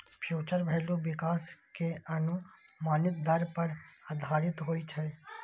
future value विकास के अनुमानित दर पर आधारित होइ छै